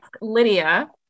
Lydia